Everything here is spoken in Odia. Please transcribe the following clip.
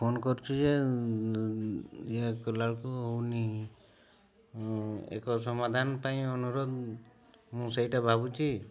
ଫୋନ୍ କରୁଛୁ ଯେ ଇଏ କଲାବେଳକୁ ହେଉନି ଏକ ସମାଧାନ ପାଇଁ ଅନୁରୋଧ ମୁଁ ସେଇଟା ଭାବୁଛି